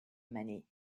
many